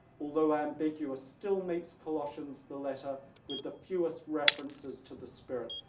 although ambiguous, still makes colossians the letter with the fewest references to the spirit,